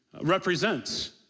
represents